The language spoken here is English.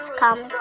come